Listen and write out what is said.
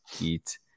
eat